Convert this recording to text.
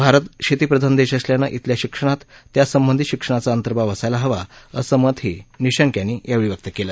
भारत शेतीप्रधान देश असल्यानं इथल्या शिक्षणात त्या संबधी शिक्षणाचा अंतर्भाव असायला हवा असं मतही निशंक यांनी यावेळी व्यक्त केलं